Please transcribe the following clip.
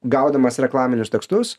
gaudamas reklaminius tekstus